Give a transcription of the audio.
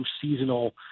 seasonal